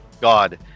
God